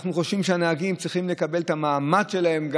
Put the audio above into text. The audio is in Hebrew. אנחנו חושבים שהנהגים צריכים לקבל גם את המעמד שלהם.